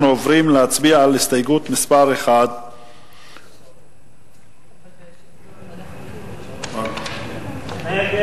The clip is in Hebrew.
אנחנו עוברים להצביע על הסתייגות מס' 1. ההסתייגות